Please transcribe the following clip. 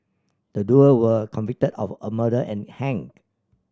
the duo were convicted of murder and hanged